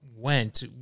went